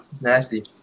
Nasty